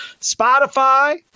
Spotify